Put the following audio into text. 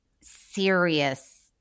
serious